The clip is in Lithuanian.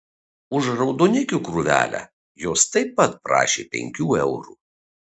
už raudonikių krūvelę jos taip pat prašė penkių eurų